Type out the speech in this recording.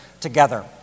together